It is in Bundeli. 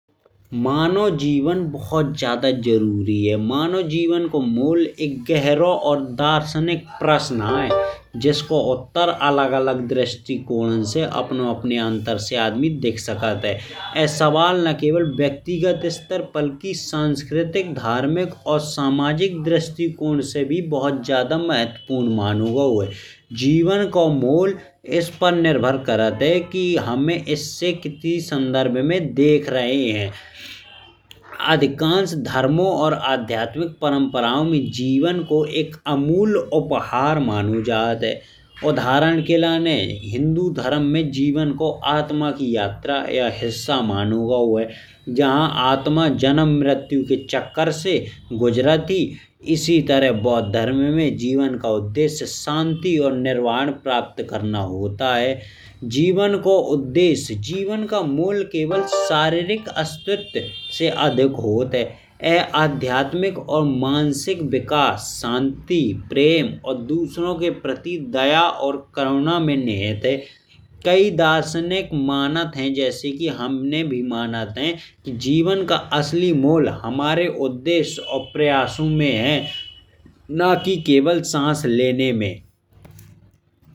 मानव जीवन बहुत ज्यादा जरूरी है मानव जीवन को मोल एक गहरा और दार्शनिक प्रश्न आए। इसको उत्तर अलग अलग दृष्टिकोणों से अपन अपन अंतर से आदमी देख सकत है। यह सवाल न केवल व्यक्तिगत स्तर बल्कि। सांस्कृतिक धार्मिक और सामाजिक दृष्टिकोण से ज्यादा महत्वपूर्ण मानो गओ है। जीवन को मोल इस पर निर्भर करत है कि हम्मे इसे कित्ती सन्दर्भ में देख रहे हैं। अधिकांश धर्मों और आध्यात्मिक परम्पराओं। में जीवन को एक अमूल उपहार मानो जात है। उदाहरण के लाने हिन्दू धर्म में जीवन को आत्मा की यात्रा या हिस्सा मानो गओ है जहां आत्मा जन्म मृत्यु के चक्कर से गुजरत हो इसी। तरह बौध धर्म में जीवन का उद्देश्य शांति और निर्वाण प्राप्त करना होत है। जीवन का उद्देश्य जीवन का मोल केवल शारीरिक अस्तित्व से अधिक होत है। यह आध्यात्मिक और मानसिक विकास शांति प्रेम और दूसरों के प्रति दया और करुणा में निहित है। कई दार्शनिक मानत हैं जैसे कि हमनें भी मानत हैं। कि जीवन का असली मोल हमारे उद्देश्य और प्रयासों में है न कि केवल सांस लेने में।